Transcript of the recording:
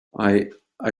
i—i